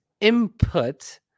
input